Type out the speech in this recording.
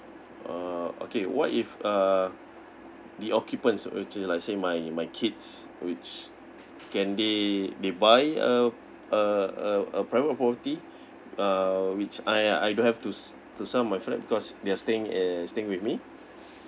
uh okay what if uh the occupants which let's say my my kids which can they they buy a a a a private property uh which I I don't have to s~ to sell my flat because they are staying at staying with me